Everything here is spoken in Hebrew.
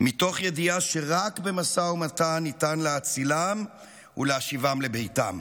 מתוך ידיעה שרק במשא ומתן ניתן להצילם ולהשיבם לביתם,